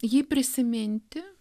jį prisiminti